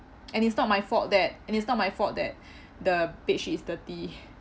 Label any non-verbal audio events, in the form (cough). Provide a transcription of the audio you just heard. (noise) and it's not my fault that and it's not my fault that the bed sheet is dirty (laughs)